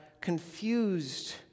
confused